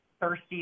thirsty